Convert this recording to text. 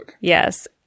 Yes